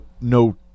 no